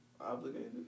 obligated